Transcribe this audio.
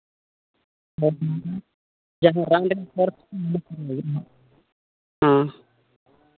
ᱡᱟᱦᱟᱸ ᱨᱟᱱ ᱵᱮᱱ ᱦᱮᱸ